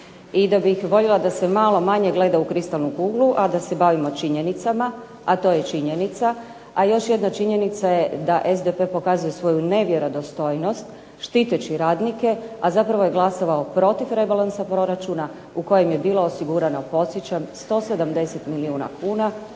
i da bih voljela da se malo manje gleda u kristalnu kuglu, a da se bavimo činjenicama, a to je činjenica. A još jedna činjenica je da SDP pokazuje svoju nevjerodostojnost štiteći radnike, a zapravo je glasovao protiv rebalansa proračuna u kojem je bilo osigurano podsjećam 170 milijuna kuna